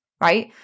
right